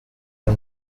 uyu